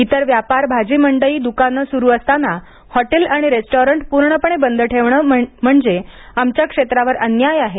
इतर व्यापार भाजीमंडई दुकाने सुरु असताना हॉटेल आणि रेस्टॉरंट पूर्णपणे बंद ठेवणे म्हणजे आमच्या क्षेत्रावर अन्याय आहे